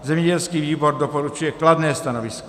Zemědělský výbor doporučuje kladné stanovisko.